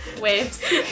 Waves